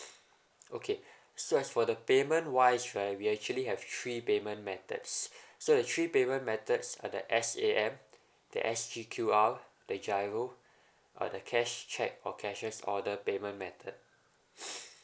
okay so as for the payment wise right we actually have three payment methods so the three payment methods are the S_A_M the S_G_Q_R the G_I_R_O uh the cash cheque or cashier's order payment method